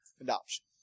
adoption